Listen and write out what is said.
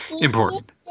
Important